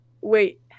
wait